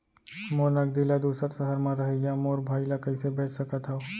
मोर नगदी ला दूसर सहर म रहइया मोर भाई ला कइसे भेज सकत हव?